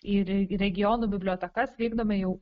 į re regionų bibliotekas vykdome jau